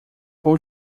vou